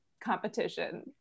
competition